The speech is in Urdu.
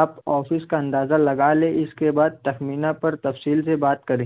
آپ آفس کا اندازہ لگا لیں اس کے بعد تخمینہ پر تفصیل سے بات کریں